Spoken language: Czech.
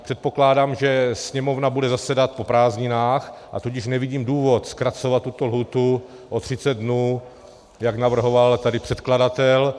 Předpokládám, že Sněmovna bude zasedat po prázdninách, a tudíž nevidím důvod zkracovat lhůtu o 30 dnů, jak navrhoval předkladatel.